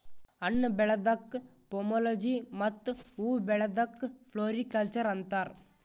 ಹಣ್ಣ್ ಬೆಳ್ಯಾದಕ್ಕ್ ಪೋಮೊಲೊಜಿ ಮತ್ತ್ ಹೂವಾ ಬೆಳ್ಯಾದಕ್ಕ್ ಫ್ಲೋರಿಕಲ್ಚರ್ ಅಂತಾರ್